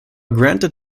granted